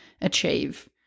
achieve